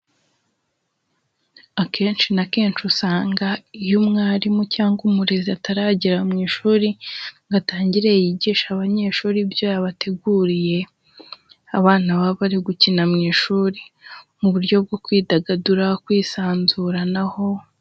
Akenshi na kenshi usanga iyo umwarimu cyangwa umurezi ataragera mu ishuri, ngo atangire yigishe abanyeshuri ibyo yabateguriye, abana baba bari gukina mu ishuri mu buryo bwo kwidagadura, kwisanzuranaho.